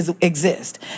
exist